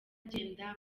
agenda